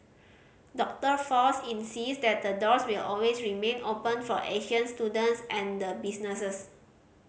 Doctor Fox insist that the doors will always remain open for Asian students and businesses